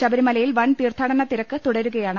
ശബരിമലയിൽ വൻ തീർത്ഥാടന തിരക്ക് തുടരുകയാണ്